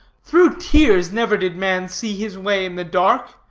through tears never did man see his way in the dark.